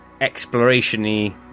exploration-y